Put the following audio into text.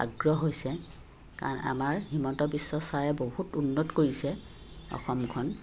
আগ্ৰহ হৈছে কাৰণ আমাৰ হিমন্ত বিশ্ব ছাৰে বহুত উন্নত কৰিছে অসমখন